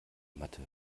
matte